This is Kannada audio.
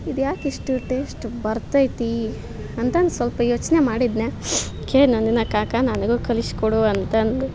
ಇದ್ಯಾಕೆ ಇಷ್ಟು ಟೇಸ್ಟ್ ಬರ್ತೈತಿ ಅಂತ ಸ್ವಲ್ಪ ಯೋಚನೆ ಮಾಡಿದ್ನೇ ಅಕೆ ನನ್ನನ್ನ ಕಾಕ ನನಗೂ ಕಲಿಸ್ಕೊಡು ಅಂತ ಅಂದು